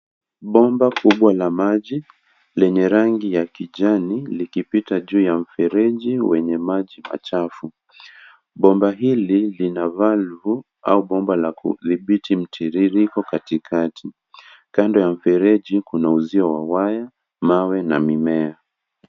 Bomba kubwa la maji lenye rangi ya kijani likipita juu ya mfereji wenye maji machafu bomba hili lina valvu au bomba la kuthibiti mtiririko katikati, kando ya mfereji kuna uzio wa waya mawe na mimea.